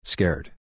Scared